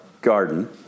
garden